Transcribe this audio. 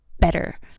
better